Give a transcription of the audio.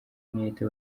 umwete